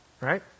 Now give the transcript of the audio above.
right